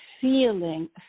feeling